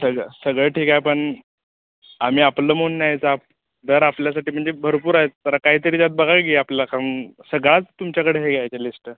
सगळं सगळं ठीक आहे पण आम्ही आपलं म्हणून यायचं दर आपल्यासाठी म्हणजे भरपूर आहेत जरा काही तरी त्यात बघाय की आपला काम सगळाच तुमच्याकडे हे घ्यायचे लिस्ट